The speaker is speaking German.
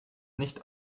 nicht